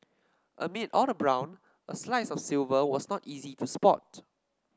amid all the brown a slice of silver was not easy to spot